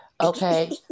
Okay